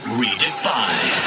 redefined